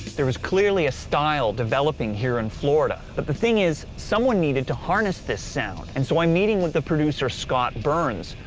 there was clearly a style developing here in florida, but the thing is, someone needed to harness this sound, and so i'm meeting with the producer scott burns,